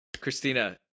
christina